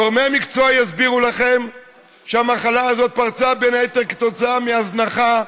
גורמי מקצוע יסבירו לכם שהמחלה הזאת פרצה בין היתר כתוצאה מהזנחה,